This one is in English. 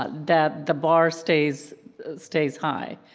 ah that the bar stays stays high.